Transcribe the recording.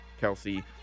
Kelsey